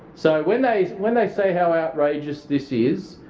so when they when they say how outrageous this is,